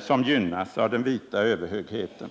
som gynnas av den vita överhögheten.